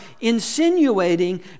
insinuating